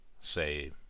say